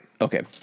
Okay